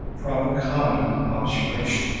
from common observation.